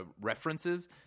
references